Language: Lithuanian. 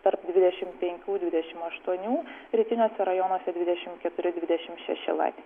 tarp dvidešim penkių dvidešim aštuonių rytiniuose rajonuose dvidešim keturi dvidešim šeši laipsniai